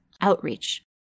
outreach